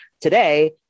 today